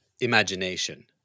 imagination